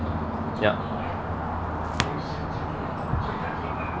ya